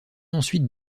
ensuite